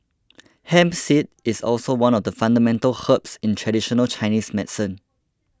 hemp seed is also one of the fundamental herbs in traditional Chinese medicine